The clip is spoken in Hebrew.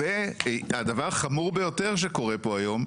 והדבר החמור ביותר שקורה פה היום,